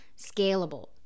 scalable